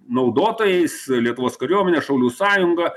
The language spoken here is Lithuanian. naudotojais lietuvos kariuomene šaulių sąjunga